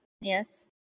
Yes